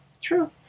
True